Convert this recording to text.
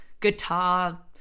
guitar